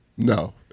No